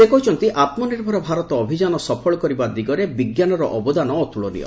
ସେ କହିଛନ୍ତି ଆତ୍ମନିର୍ଭର ଭାରତ ଅଭିଯାନ ସଫଳ କରିବା ଦିଗରେ ବିଜ୍ଞାନର ଅବଦାନ ଅତୁଳନୀୟ